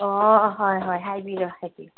ꯑꯣ ꯍꯣꯏ ꯍꯣꯏ ꯍꯥꯏꯕꯤꯎ ꯍꯥꯏꯕꯤꯎ